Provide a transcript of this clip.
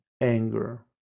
anger